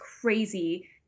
crazy